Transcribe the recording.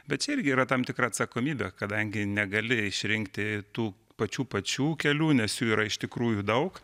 bet čia irgi yra tam tikra atsakomybė kadangi negali išrinkti tų pačių pačių kelių nes jų yra iš tikrųjų daug